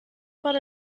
por